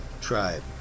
tribe